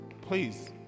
please